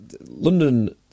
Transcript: London